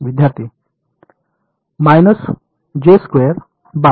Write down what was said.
विद्यार्थीः minus J square bye